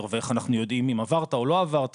ואיך אנחנו יודעים אם עברת לא עברת,